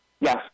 Yes